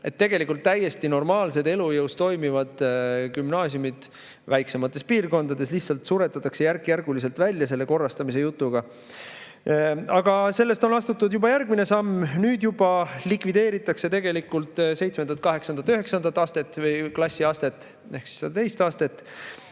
et tegelikult täiesti normaalsed, elujõus, toimivad gümnaasiumid väiksemates piirkondades lihtsalt suretatakse järkjärguliselt välja selle korrastamise jutuga. Aga sellest on astutud järgmine samm, nüüd juba likvideeritakse tegelikult seitsmenda-kaheksanda-üheksanda klassi astet ehk seda teist astet.